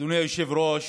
אדוני היושב-ראש,